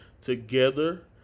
together